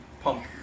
pump